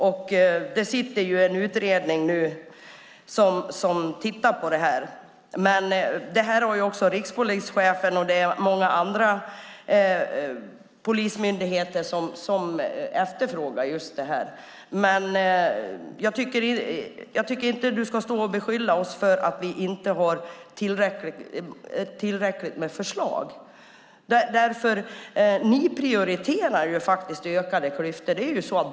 Det har tillsatts en utredning som arbetar med detta. Men också rikspolischefen och många polismyndigheter efterfrågar just detta. Men jag tycker inte att du ska stå och beskylla oss för att vi inte har tillräckligt med förslag. Ni prioriterar faktiskt ökade klyftor.